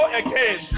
again